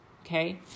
Okay